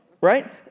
right